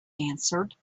answered